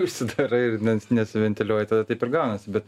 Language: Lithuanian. užsidarai ir nes nesiventiliuoji tada taip ir gaunasi bet